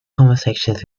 conversations